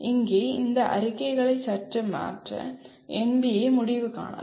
இங்கே இந்த அறிக்கைகளை சற்று மாற்ற NBA முடிவு செய்யலாம்